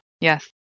Yes